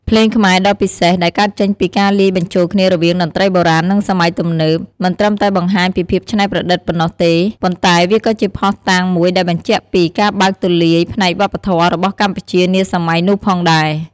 ភ្លេងខ្មែរ ដ៏ពិសេស ដែលកើតចេញពីការលាយបញ្ចូលគ្នារវាងតន្ត្រីបុរាណ និងសម័យទំនើប មិនត្រឹមតែបង្ហាញពីភាពច្នៃប្រឌិតប៉ុណ្ណោះទេ ប៉ុន្តែវាក៏ជាភស្តុតាងមួយដែលបញ្ជាក់ពី ការបើកទូលាយផ្នែកវប្បធម៌របស់កម្ពុជានាសម័យនោះផងដែរ។